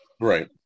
Right